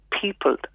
people